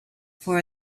for